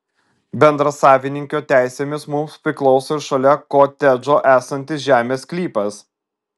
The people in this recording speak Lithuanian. bendrasavininkio teisėmis mums priklauso ir šalia kotedžo esantis žemės sklypas